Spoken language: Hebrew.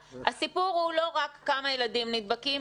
הסיפור הוא לא רק כמה ילדים נדבקים.